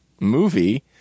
movie